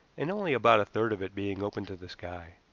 and only about a third of it being open to the sky.